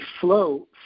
flow